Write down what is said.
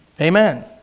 Amen